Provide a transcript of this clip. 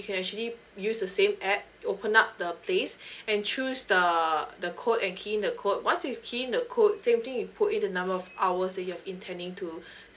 you can actually use the same app open up the place and choose the the code and key in the code once you've key in the code same thing you put in the number of hours that you've intending to